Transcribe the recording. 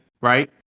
right